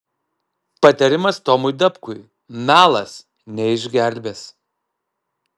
patarimas tomui dapkui melas neišgelbės